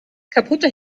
kaputte